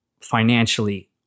financially